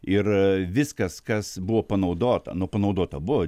ir viskas kas buvo panaudota nu panaudota buvo